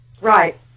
Right